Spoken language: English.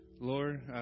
Lord